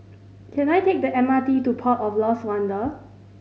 can I take the M R T to Port of Lost Wonder